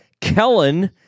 Kellen